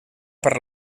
per